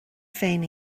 féin